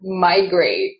migrate